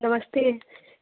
नमस्ते